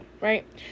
right